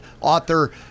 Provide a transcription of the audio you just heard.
author